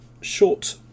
short